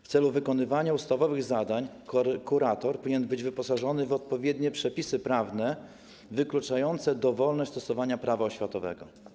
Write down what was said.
W celu wykonywania ustawowych zadań kurator powinien być wyposażony w odpowiednie przepisy prawne wykluczające dowolność stosowania Prawa oświatowego.